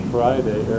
Friday